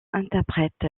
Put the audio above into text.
interprète